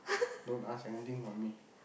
don't ask anything from me